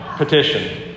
petition